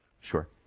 Sure